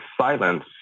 silence